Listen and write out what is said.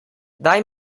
daj